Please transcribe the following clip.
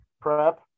prep